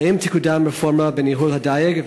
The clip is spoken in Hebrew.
1. האם תקודם רפורמה בניהול הדיג?